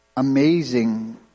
amazing